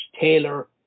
Taylor